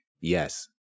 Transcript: yes